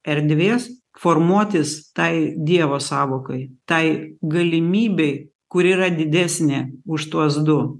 erdvės formuotis tai dievo sąvokai tai galimybei kuri yra didesnė už tuos du